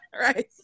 right